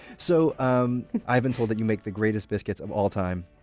so um i've been told that you make the greatest biscuits of all time.